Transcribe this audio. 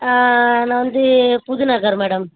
ஆ நான் வந்து புதுநகர் மேடம்